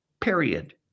period